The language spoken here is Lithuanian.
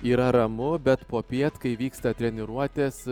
yra ramu bet popiet kai vyksta treniruotės